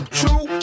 true